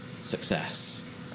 success